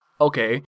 Okay